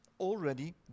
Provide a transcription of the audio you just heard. Already